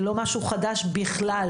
זה לא משהו חדש בכלל.